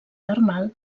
termal